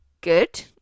good